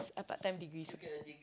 a part-time degree